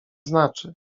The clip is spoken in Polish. znaczy